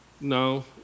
no